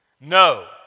No